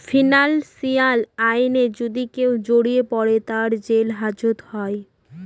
financial ক্রাইমে যদি কেউ জড়িয়ে পরে, তার জেল হাজত হয়